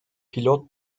pilot